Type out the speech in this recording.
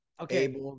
Okay